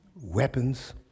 weapons